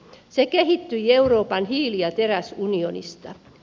se kehittyi euroopan hiili ja teräsunionista